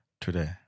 today